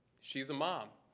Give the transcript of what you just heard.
she's a mom.